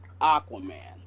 aquaman